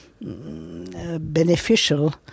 beneficial